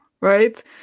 right